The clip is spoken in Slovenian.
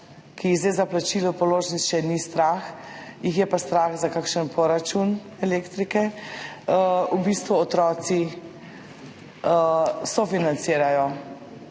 ki jih zdaj za plačilo položnic še ni strah, jih je pa strah za kakšen poračun elektrike, v bistvu otroci sofinancirajo